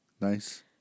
Nice